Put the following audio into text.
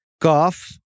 golf